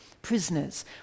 prisoners